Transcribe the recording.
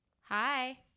Hi